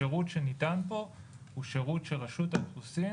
השירות שניתן בה הוא שירות שרשות האוכלוסין